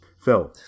Phil